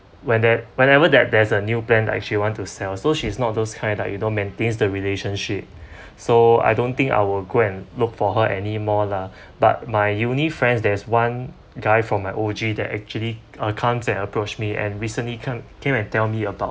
whene~ whenever that there's a new plan like she want to sell so she's not those kind like you know maintains the relationship so I don't think I will go and look for her anymore lah but my uni friends there is one guy from my O_G that actually uh comes and approach me and recently come came and tell me about